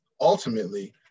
ultimately